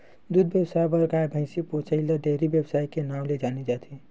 दूद बेवसाय बर गाय, भइसी पोसइ ल डेयरी बेवसाय के नांव ले जाने जाथे